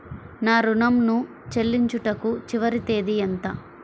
నా ఋణం ను చెల్లించుటకు చివరి తేదీ ఎంత?